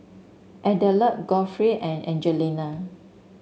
Adelard Godfrey and Angelina